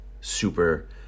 super